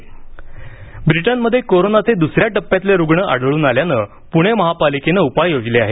Britain विलगीकरण ब्रिटनमध्ये कोरोनाचे दुसऱ्या टप्प्यातील रुग्ण आढळून आल्यानं पुणे महापालिकेनं उपाय योजले आहेत